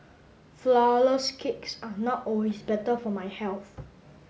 flour less cakes are not always better for my health